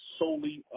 solely